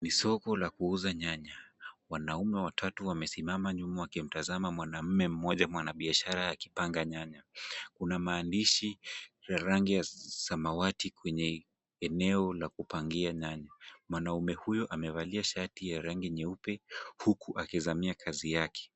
Ni soko la kuuza nyanya. Wanaume watatu wamesimama nyuma wakimtazama mwanaume mmoja mwanabiashara akipanga nyanya. Kuna maandishi la rangi ya samawati kwenye eneo la kupangia nyanya. Mwanaume huyo amevalia shati ya rangi nyeupe huku akizamia kazi yake.